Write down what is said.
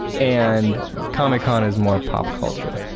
and comic con is more pop culture.